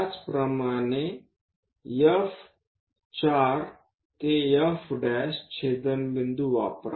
त्याचप्रमाणे F4 ते F छेदनबिंदू वापरा